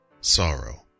sorrow